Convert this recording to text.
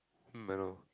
um I know